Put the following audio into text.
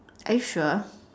are you sure